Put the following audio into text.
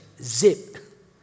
zip